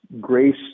grace